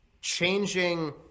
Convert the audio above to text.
changing